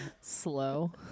Slow